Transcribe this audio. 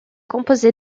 composée